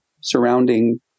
surrounding